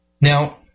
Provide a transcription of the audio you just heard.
Now